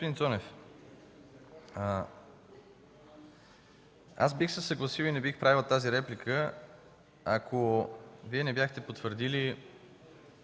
бих се съгласил и не бих правил тази реплика, ако Вие не бяхте потвърдили